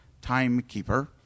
timekeeper